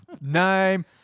Name